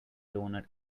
doughnut